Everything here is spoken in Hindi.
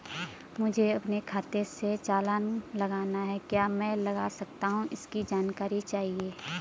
मुझे अपने खाते से चालान लगाना है क्या मैं लगा सकता हूँ इसकी जानकारी चाहिए?